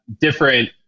different